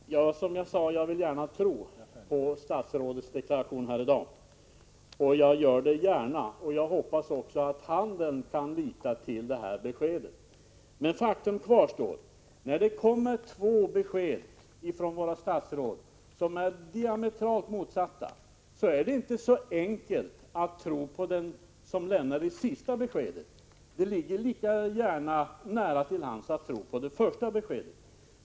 Herr talman! Som jag redan sagt vill jag gärna tro på statsrådets deklaration här i dag. Jag hoppas att också handeln kan lita på det här beskedet. Men faktum kvarstår: När det kommer två diametralt motsatta besked från våra statsråd är det inte så enkelt att tro på det sista beskedet. Det ligger lika nära till hands att tro på det första.